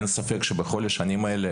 אין ספק שבכל השנים האלה,